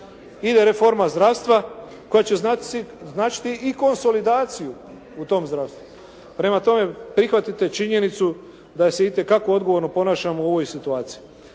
Ide reforma zdravstva koja će značiti i konsolidaciju u tom zdravstvu. Prema tome, prihvatite činjenicu da se itekako odgovorno ponašamo u ovoj situaciji.